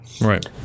Right